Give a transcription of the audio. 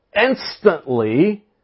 Instantly